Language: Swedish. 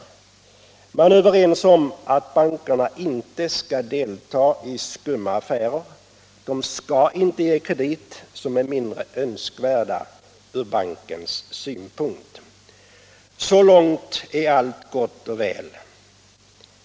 Man är överens om att bankerna inte skall delta i skumma affärer. De skall inte ge krediter som är mindre önskvärda från bankens synpunkt. Så långt är allt gott och väl.